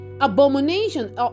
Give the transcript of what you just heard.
abomination